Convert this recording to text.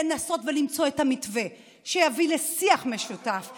לנסות ולמצוא את המתווה שיביא לשיח משותף,